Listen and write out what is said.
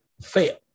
fail